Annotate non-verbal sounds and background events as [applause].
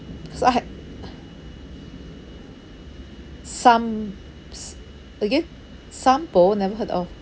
so I had [noise] som~ s~ again Sompo never heard of